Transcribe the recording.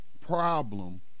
problem